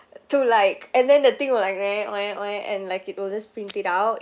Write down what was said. to like and then the thing will like wer wer wer and like it will just print it out